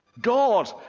God